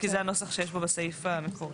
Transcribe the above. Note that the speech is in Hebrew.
כי זה הנוסח שיש בו בסעיף המקורי.